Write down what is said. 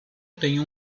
tenho